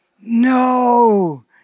No